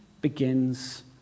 begins